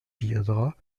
viendra